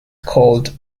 called